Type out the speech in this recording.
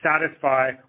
satisfy